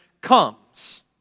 comes